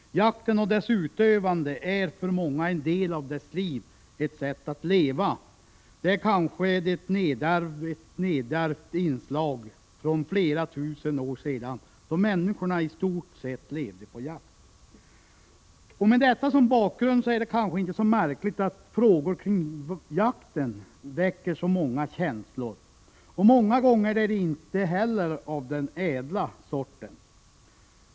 Jakten, att utöva jakt, är för många en del av deras liv, ett sätt att leva, kanske ett nedärvt inslag från den tid för flera tusen år sedan då människorna i stort sett levde på jakt. Med detta som bakgrund är det kanske inte så märkligt att frågor kring jakten väcker så många känslor. Många gånger är dessa känslor inte av den ädla sorten.